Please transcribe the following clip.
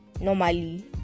normally